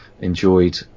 enjoyed